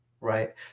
right